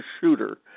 shooter